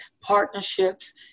partnerships